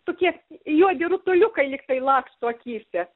tokie juodi rutuliukai lyg tai laksto akyse